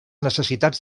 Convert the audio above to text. necessitats